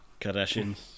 Kardashians